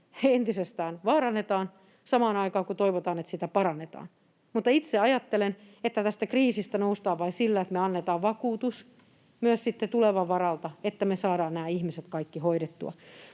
entisestään vaarannetaan samaan aikaan, kun toivotaan, että sitä parannetaan. Mutta itse ajattelen, että tästä kriisistä noustaan vain sillä, että me annetaan vakuutus myös sitten tulevan varalta, että me saadaan nämä ihmiset kaikki hoidettua,